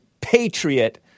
patriot